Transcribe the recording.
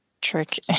trick